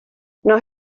nos